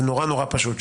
זה נורא נורא פשוט.